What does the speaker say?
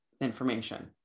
information